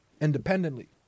independently